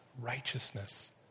righteousness